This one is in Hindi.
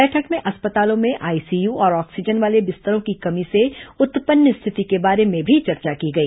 बैठक में अस्पतालों में आईसीयू और ऑक्सीजन वाले बिस्तरों की कमी से उत्पन्न स्थिति के बारे में भी चर्चा की गई